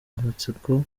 amatsiko